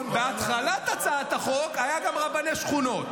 בהתחלת הצעת החוק היה גם רבני שכונות.